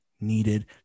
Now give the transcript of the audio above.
needed